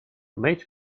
make